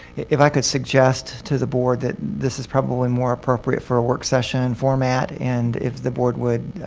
if i could suggest to the board that this is probably more appropriate for a work session format. and if the board would